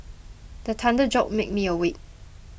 the thunder jolt me awake